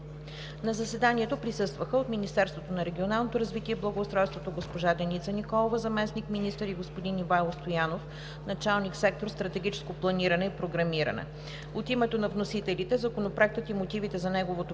На заседанието присъстваха от Министерството на регионалното развитие и благоустройството: госпожа Деница Николова – заместник-министър, и господин Ивайло Стоянов – началник сектор „Стратегическо планиране и програмиране“. От името на вносителите Законопроектът и мотивите за неговото